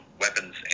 weapons